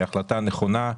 היא החלטה נכונה,